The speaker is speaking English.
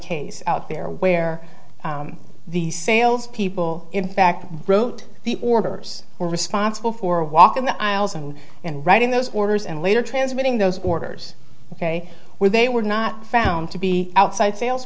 case out there where the salespeople in fact wrote the orders were responsible for a walk in the aisles and in writing those orders and later transmitting those orders ok where they were not found to be outside sales